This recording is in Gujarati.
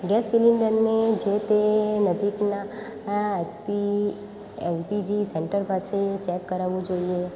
ગેસ સિલિન્ડરને જે તે નજીકના આપી એલપીજી સેન્ટર પાસે ચેક કરાવવું જોઈએ